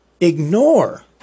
ignore